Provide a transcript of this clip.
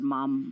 Mom